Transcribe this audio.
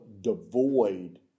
devoid